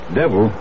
devil